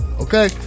okay